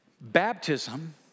baptism